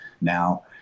now